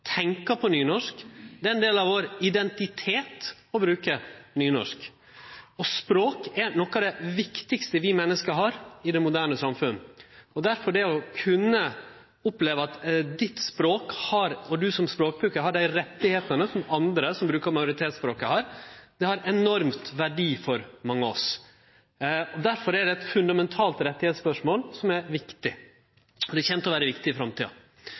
på nynorsk, tenkjer på nynorsk – det er ein del av vår identitet å bruke nynorsk. Språk er noko av det viktigaste vi menneske har i det moderne samfunnet. Derfor har det å kunne oppleve at du som språkbrukar, med ditt språk, har dei rettane som andre som brukar majoritetsspråket, har, enorm verdi for mange av oss. Derfor er det eit fundamentalt spørsmål om rettar som er viktig, og det kjem til å vere viktig i framtida.